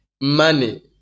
money